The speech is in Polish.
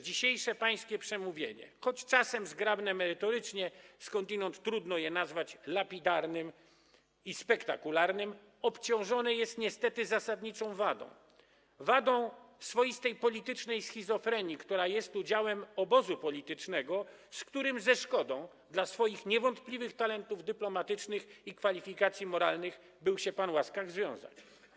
Dzisiejsze pańskie przemówienie - choć czasem zgrabne retorycznie, to skądinąd trudno nazwać je lapidarnym i spektakularnym - obciążone jest niestety zasadniczą wadą, wadą swoistej politycznej schizofrenii, która jest udziałem obozu politycznego, z którym ze szkodą dla swoich niewątpliwych talentów dyplomatycznych i kwalifikacji moralnych był się pan łaskaw związać.